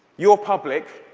your public,